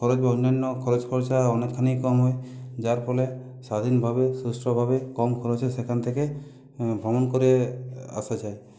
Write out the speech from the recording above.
খরচ বা অন্যান্য খরচ খরচা অনেকখানি কম হয় যার ফলে স্বাধীনভাবে সুষ্ঠভাবে কম খরচে সেখান থেকে ভ্রমণ করে আসা যায়